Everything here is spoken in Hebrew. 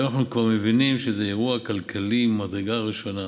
היום אנחנו כבר מבינים שזה אירוע כלכלי ממדרגה ראשונה,